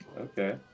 okay